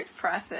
process